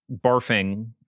barfing